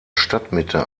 stadtmitte